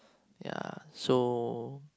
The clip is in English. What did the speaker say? ya so